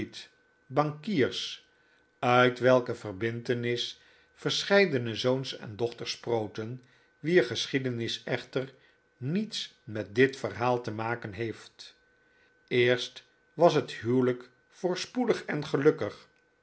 bankiers uit welke verbintenis verscheidene zoons en dochters sproten wier geschiedenis echter niets met dit verhaal te maken heeft eerst was het huwelijk voorspoedig en gelukkig